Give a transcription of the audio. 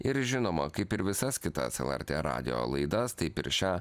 ir žinoma kaip ir visas kitas lrt radijo laidas taip ir šią